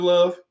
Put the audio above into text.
Love